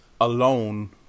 alone